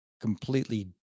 completely